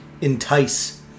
entice